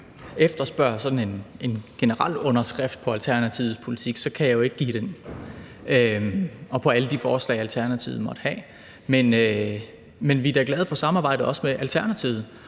efterspørger sådan en generel underskrift på Alternativets politik, kan jeg jo ikke give den, altså vedrørende alle de forslag, Alternativet måtte have. Men vi er da glade for samarbejdet også med Alternativet